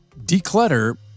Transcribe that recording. declutter